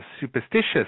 superstitious